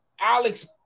Alex